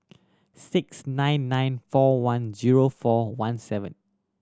six nine nine four one zero four one seven